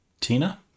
Tina